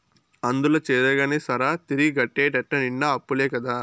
అందుల చేరగానే సరా, తిరిగి గట్టేటెట్ట నిండా అప్పులే కదా